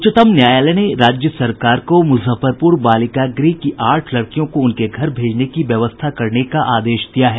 उच्चतम न्यायालय ने राज्य सरकार को मुजफ्फरपुर बालिका गृह की आठ लड़कियों को उनके घर भेजने की व्यवस्था करने का आदेश दिया है